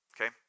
Okay